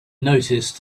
noticed